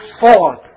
forth